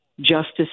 Justice